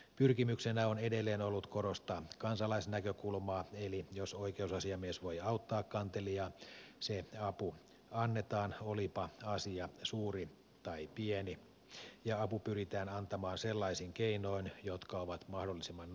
pyrkimyksenä on edelleen ollut korostaa kansalaisnäkökulmaa eli jos oikeusasiamies voi auttaa kantelijaa se apu annetaan olipa asia suuri tai pieni ja apu pyritään antamaan sellaisin keinoin jotka ovat mahdollisimman nopeita